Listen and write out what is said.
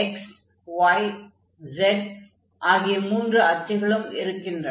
x y மற்றும் z ஆகிய மூன்று அச்சுகளும் இருக்கின்றன